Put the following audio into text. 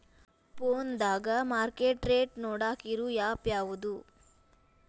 ಫೋನದಾಗ market rate ನೋಡಾಕ್ ಇರು ಆ್ಯಪ್ ಯಾವದು?